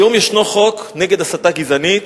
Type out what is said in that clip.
היום יש חוק נגד הסתה גזענית